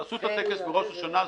תעשו את הטקס בראש השנה.